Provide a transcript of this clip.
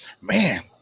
Man